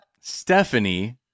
Stephanie